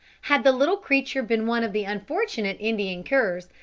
had the little creature been one of the unfortunate indian curs,